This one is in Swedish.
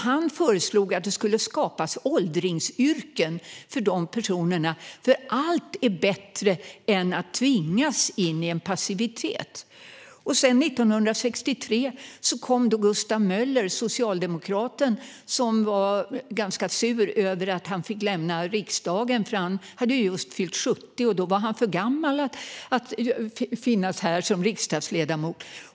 Han föreslog att det skulle skapas åldringsyrken för dessa personer, för allt är bättre än att tvingas in i passivitet. År 1963 kom socialdemokraten Gustav Möller, som var ganska sur över att han fick lämna riksdagen. Han hade just fyllt 70, och då var han för gammal för att finnas här som riksdagsledamot.